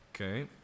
Okay